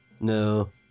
no